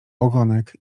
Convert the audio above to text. ogonek